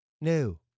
No